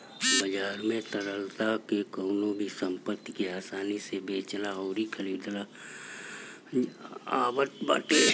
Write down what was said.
बाजार की तरलता में कवनो भी संपत्ति के आसानी से बेचल अउरी खरीदल आवत बाटे